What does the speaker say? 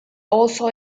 also